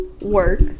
Work